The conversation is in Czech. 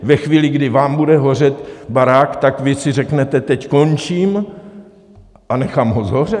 Ve chvíli, kdy vám bude hořet barák, tak si řeknete: Teď končím a nechám ho shořet?